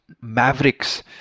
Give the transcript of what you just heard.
mavericks